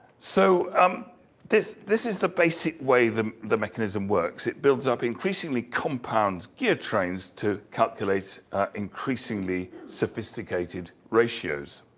so um this this is the basic way the the mechanism works. it builds up increasingly compounds gear trains to calculate increasingly sophisticated ratios.